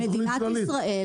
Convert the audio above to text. כי מדינת ישראל,